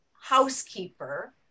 housekeeper